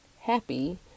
Happy